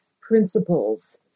Principles